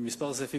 למען הסר ספק,